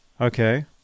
Okay